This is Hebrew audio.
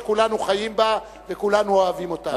שכולנו חיים בה וכולנו אוהבים אותה.